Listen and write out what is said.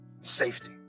safety